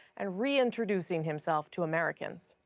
and reintroducing himself to americans.